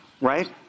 right